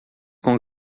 com